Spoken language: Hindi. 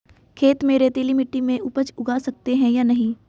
खेत में रेतीली मिटी में उपज उगा सकते हैं या नहीं?